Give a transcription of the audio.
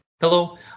Hello